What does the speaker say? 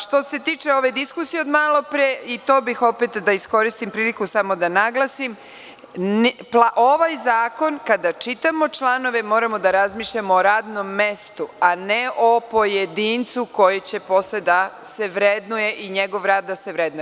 Što se tiče ove diskusije od malopre, i tu bih opet da iskoristim priliku samo da naglasim da ovaj zakon, kada čitamo članove, moramo da razmišljamo o radnom mestu, a ne o pojedincu koji će posle da se vrednuje i njegov rad da se vrednuje.